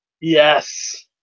Yes